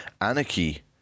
Anarchy